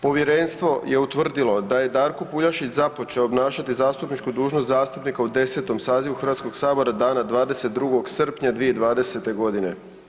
Povjerenstvo je utvrdilo da je Darko Puljašić započeo obnašati zastupničku dužnost zastupnika u 10. sazivu Hrvatskoga sabora dana, 22. srpnja 2020. godine.